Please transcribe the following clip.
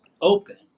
open